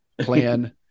plan